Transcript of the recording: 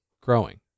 growing